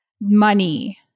money